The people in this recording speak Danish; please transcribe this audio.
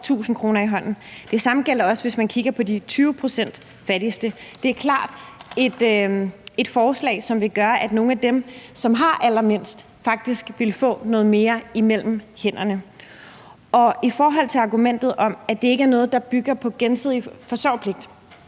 Det samme gælder også, hvis man kigger på de 20 pct. fattigste. Det er klart et forslag, som vil gøre, at nogle af dem, som har allermindst, faktisk ville få noget mere mellem hænderne. I forhold til argumentet om, at det ikke er noget, der bygger på gensidig forsørgerpligt,